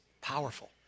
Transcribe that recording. powerful